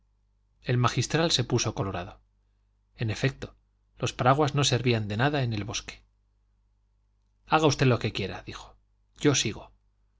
el magistral se puso colorado en efecto los paraguas no servían de nada en el bosque haga usted lo que quiera dijo yo sigo